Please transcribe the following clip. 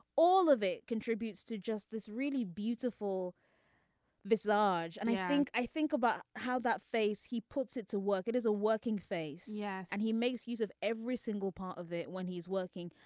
all of it contributes to just this really beautiful this large and i think i think about how that face he puts it to work it is a working face. yes. and he makes use of every single part of it when he's working.